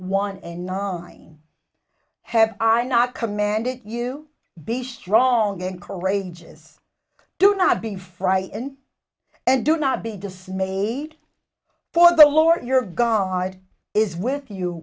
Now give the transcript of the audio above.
one and nine have i not commanded you be strong and courageous do not be frightened and do not be dismayed for the lord your god is with you